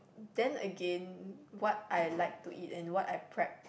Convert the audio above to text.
then again what I like to eat and what I prep